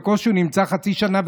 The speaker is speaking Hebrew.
בקושי הוא נמצא חצי שנה,